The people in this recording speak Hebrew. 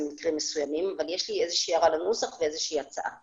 במקרים מסוימים אבל יש לי הערה לנוסח וגם הצעה.